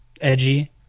edgy